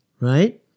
Right